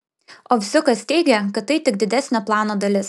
ovsiukas teigia kad tai tik didesnio plano dalis